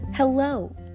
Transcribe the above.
Hello